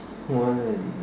why